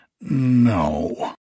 No